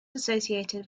associated